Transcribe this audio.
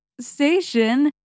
station